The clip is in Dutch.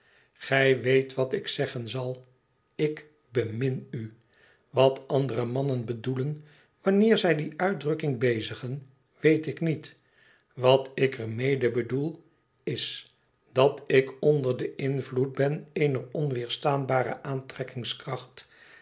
gij weet wat ik zeggen zal ik bemin u wat andere mannen bedoelen wanneer zij die uitdrukking bezigen weet ik niet wat ik er mede bedoel is dat ik onder den invloed ben eener onweerstaanbare aantrekkingskracht